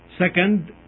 second